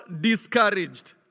discouraged